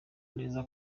neza